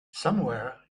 somewhere